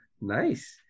Nice